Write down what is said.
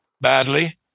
badly